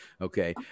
Okay